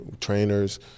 Trainers